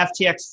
FTX